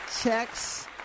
checks